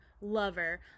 Lover